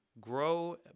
grow